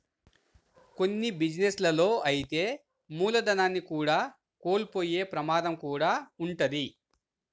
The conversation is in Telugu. కొన్ని బిజినెస్ లలో అయితే మూలధనాన్ని కూడా కోల్పోయే ప్రమాదం కూడా వుంటది